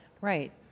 Right